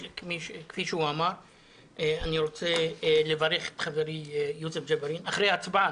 אני רוצה לברך את חברי יוסף ג'בארין אחרי ההצבעה,